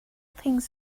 things